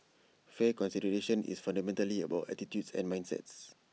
fair consideration is fundamentally about attitudes and mindsets